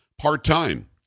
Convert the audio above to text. part-time